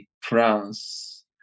France